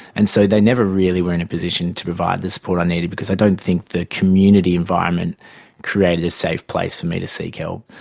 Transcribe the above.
and so they never really were in a position to provide the support i needed because i don't think the community environment created a safe place for me to seek help.